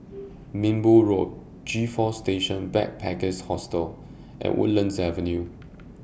Minbu Road G four Station Backpackers Hostel and Woodlands Avenue